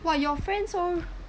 !wah! your friend so